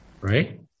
right